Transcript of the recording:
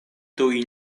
tuj